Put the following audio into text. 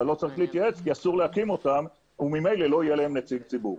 אבל לא צריך להתייעץ כי אסור להקים אותן וממילא לא יהיה להן נציג ציבור.